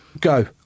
go